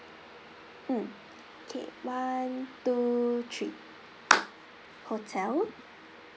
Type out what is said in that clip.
mm K one two three hotel